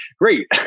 Great